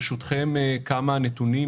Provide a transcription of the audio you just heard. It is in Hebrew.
ברשותכם כמה נתונים,